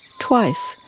twice,